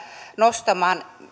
nostamaan